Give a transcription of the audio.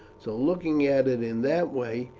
so, looking at it in that way,